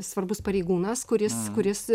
svarbus pareigūnas kuris kuris